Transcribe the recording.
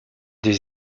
des